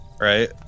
right